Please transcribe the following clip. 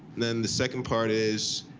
then the second part is,